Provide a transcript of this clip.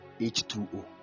H2O